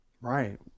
Right